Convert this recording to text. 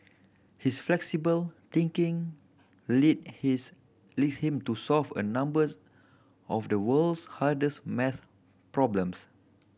his flexible thinking led his led him to solve a numbers of the world's hardest maths problems